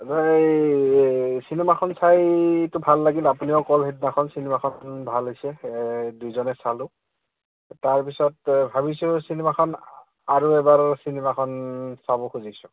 এই চিনেমাখন চাইটো ভাল লাগিল আপুনিও ক'লে সেইদিনাখন চিনেমাখন ভাল হৈছে এই দুয়োজনে চালোঁ তাৰপিছত ভাবিছোঁ চিনেমাখন আৰু এবাৰ চিনেমাখন চাব খুজিছোঁ